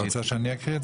אתה רוצה שאני אקריא?